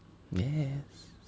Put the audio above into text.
yes